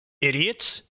Idiots